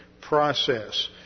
process